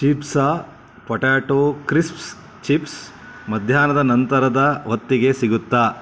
ಚಿಪ್ಸಾ potato crisps chips ಮಧ್ಯಾಹ್ನದ ನಂತರದ ಹೊತ್ತಿಗೆ ಸಿಗುತ್ತಾ